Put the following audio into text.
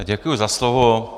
Děkuji za slovo.